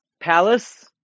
palace